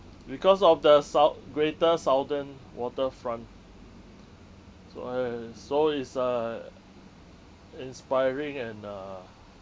because of the sou~ greater southern waterfront so uh so is uh inspiring and uh